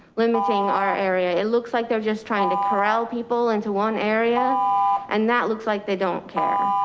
limiting our area. it looks like they're just trying to corral people into one area and that looks like they don't care.